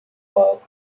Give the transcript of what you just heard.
work